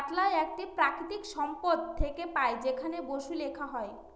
পাতলা একটি প্রাকৃতিক সম্পদ থেকে পাই যেখানে বসু লেখা হয়